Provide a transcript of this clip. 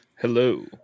Hello